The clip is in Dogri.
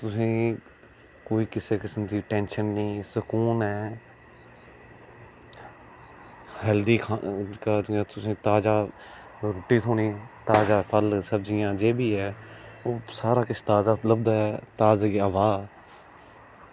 तुसें कोई कुसै किस्म दी टेंशन निं सुकून ऐ हैल्थी जेह्का तुसेंगी ताजा रुट्टी थ्होनी ताजा फल सब्जियां जे बी ऐ ओह् सारा किश ताजा लभदा ऐ ताजी हवा